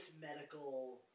medical